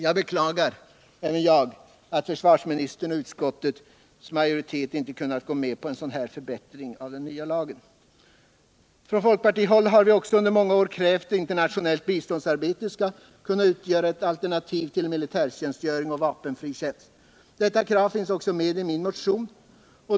Jag beklagar att försvarsministern och utskottets majoritet inte har kunnat gå med på en sådan förbättring av den nya lagen. Från folkpartihåll har vi också under många år krävt att internationellt biståndsarbete skall kunna utgöra ett alternativ till militärtjänstgöring och vapenfri tjänst. Detta krav finns också med i min motion.